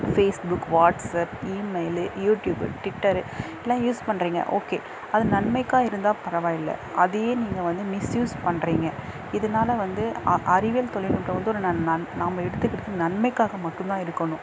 Facebook WhatsApp email YouTube Twitter இதெல்லாம் use பண்ணுறீங்க okay அது நன்மைக்காக இருந்தால் பரவாயில்லை அதே நீங்கள் வந்து மிஸ்யூஸ் பண்ணுறீங்க இதுனால் வந்து அ அறிவியல் தொழில்நுட்பம் வந்து ஒரு ந நன் நாம எடுத்துக்குறது நன்மைக்காக மட்டும்தான் இருக்கணும்